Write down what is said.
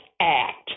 act